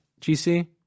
GC